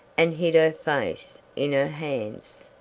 and hid her face in her hands.